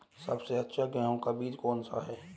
सबसे अच्छा गेहूँ का बीज कौन सा है?